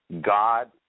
God